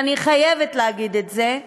ואני חייבת להגיד את זה,